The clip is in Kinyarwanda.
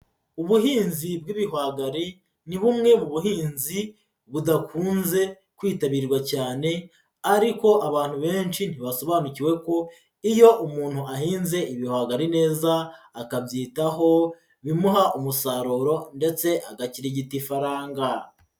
Ubuhinzi bw'ibihwagari, ni bumwe mu buhinzi budakunze kwitabirwa cyane, ariko abantu benshi ntibasobanukiwe ko iyo umuntu ahinze ibihwagari neza akabyitaho bimuha umusaruro ndetse agakirigita ifaranga.